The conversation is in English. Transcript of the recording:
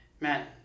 man